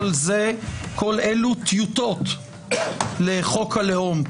כל אלו טיוטות לחוק הלאום,